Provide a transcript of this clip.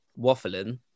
waffling